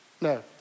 No